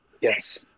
Yes